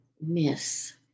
miss